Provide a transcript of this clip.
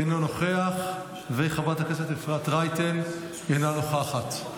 אינו נוכח, חברת הכנסת אפרת רייטן, אינה נוכחת.